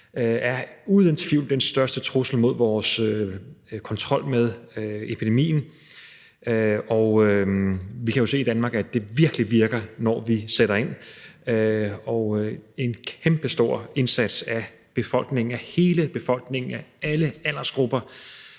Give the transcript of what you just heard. er uden tvivl den største trussel mod vores kontrol med epidemien, og vi kan jo se i Danmark, at det virkelig virker, når vi sætter ind: en kæmpestor indsats af hele befolkningen, af alle aldersgrupper,